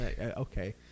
Okay